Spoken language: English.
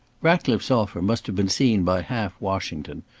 ratcliffe's offer must have been seen by half washington,